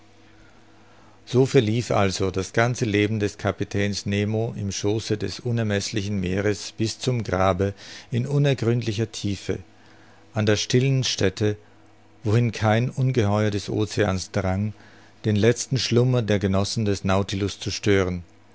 so verlief also das ganze leben des kapitäns nemo im schooße des unermeßlichen meeres bis zum grabe in unergründlicher tiefe an der stillen stätte wohin kein ungeheuer des oceans drang den letzten schlummer der genossen des nautilus zu stören